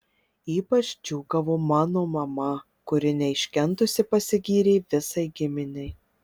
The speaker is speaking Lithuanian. ypač džiūgavo mano mama kuri neiškentusi pasigyrė visai giminei